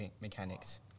mechanics